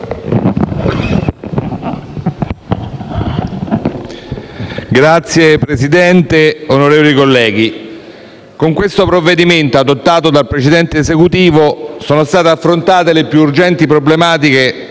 Signor Presidente, onorevoli colleghi, con il provvedimento in esame, adottato dal precedente Esecutivo, sono state affrontate le più urgenti problematiche,